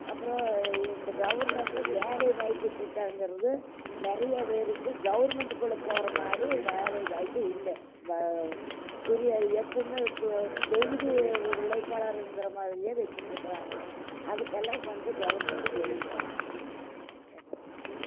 அப்புறம் இந்த கவர்மெண்ட்டு வேலைவாய்ப்பு திட்டங்கிறது நிறைய பேருக்கு கவர்மெண்ட்டுக்குள்ளே போகிறமாரி வேலைவாய்ப்பு இல்லை ப்ரீயாக எப்போதுமே தொகுதி உழைப்பாளருங்கிற மாதிரியே வைச்சிட்டு இருக்கிறாங்க அதுக்கெல்லாம் கொஞ்சம் கவர்மெண்ட்டு கவனிக்கணும்